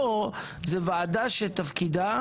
פה זה ועדה שתפקידה